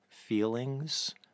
feelings